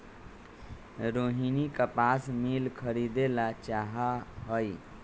रोहिनी कपास मिल खरीदे ला चाहा हई